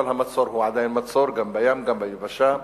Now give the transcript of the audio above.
אבל המצור הוא עדיין מצור, גם בים וגם ביבשה,